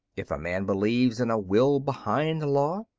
if a man believes in a will behind law,